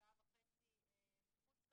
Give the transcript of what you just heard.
שעה וחצי מחוץ לרשות.